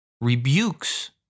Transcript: rebukes